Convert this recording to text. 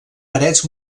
parets